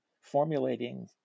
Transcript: formulating